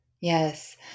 Yes